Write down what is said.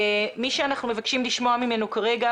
מי שאנחנו מבקשים לשמוע אותו כרגע